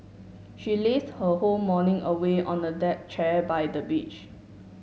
she lazed her whole morning away on a deck chair by the beach